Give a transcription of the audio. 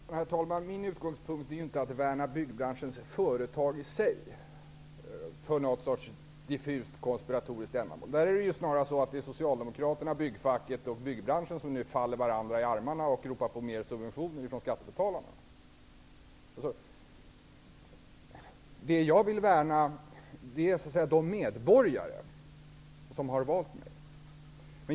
Herr talman! Min utgångspunkt är inte att värna byggbranschens företag i sig, för något diffust, konspiratoriskt ändamål. Där är det snarare Socialdemokraterna, byggfacket och byggbranschen som nu faller varandra i armarna och ropar på mer subventioner från skattebetalarna. Det jag vill värna är de medborgare som har valt mig.